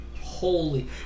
Holy